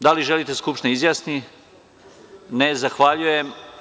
Da li želite da se Skupština izjasni? (Ne) Zahvaljujem.